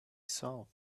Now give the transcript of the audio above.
saw